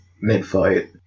mid-fight